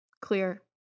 Clear